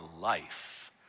life